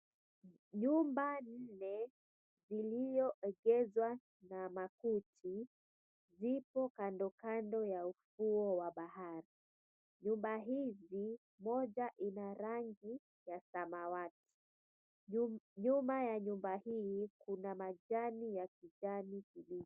Nyumba nne zilizoegezwa na makuti zipo kando kando ya ufuo wa bahari, nyumba hizi, moja ina rangi ya samawati. Nyuma ya nyumba hii kuna majani ya majani kibichi.